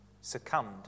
succumbed